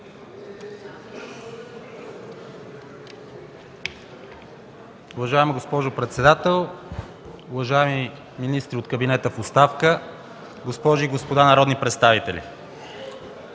Уважаема госпожо председател, уважаеми министри от кабинета в оставка, госпожи и господа народни представители!